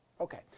Okay